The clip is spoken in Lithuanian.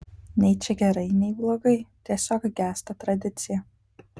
nei čia gerai nei blogai tiesiog gęsta tradicija